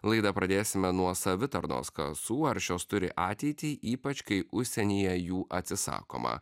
laidą pradėsime nuo savitarnos kasų ar šios turi ateitį ypač kai užsienyje jų atsisakoma